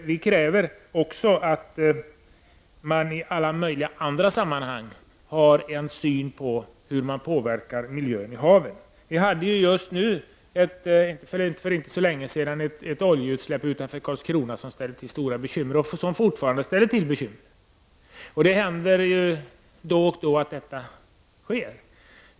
Vi kräver också att man i alla möjliga andra sammanhang har en uppfatt ning om hur man påverkar miljön i havet. Vi hade för inte så länge sedan ett oljeutsläpp utanför Karlskrona som ställde till stora bekymmer och som fortfarande ställer till bekymmer. Det händer då och då att sådana sker.